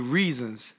reasons